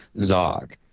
Zog